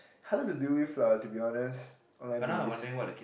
harder to deal with lah to be honest online bullies